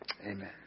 Amen